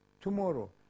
tomorrow